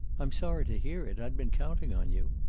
i'm sorry to hear it. i'd been counting on you.